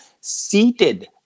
seated